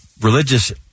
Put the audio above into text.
Religious